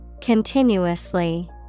Continuously